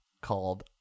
called